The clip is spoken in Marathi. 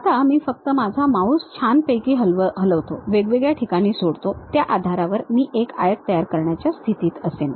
आता मी फक्त माझा माऊस छानपैकी हलवतो वेगवेगळ्या ठिकाणी सोडतो त्या आधारावर मी एका आयत तयार करण्याच्या स्थितीत असेन